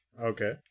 Okay